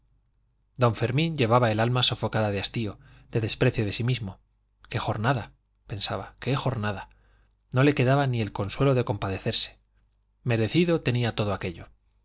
don fermín llevaba el alma sofocada de hastío de desprecio de sí mismo qué jornada pensaba qué jornada no le quedaba ni el consuelo de compadecerse merecido tenía todo aquello